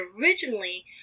originally